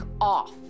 off